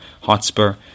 Hotspur